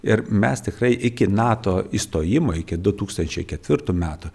ir mes tikrai iki nato įstojimo iki du tūkstančiai ketvirtų metų